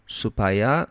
supaya